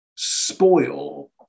Spoil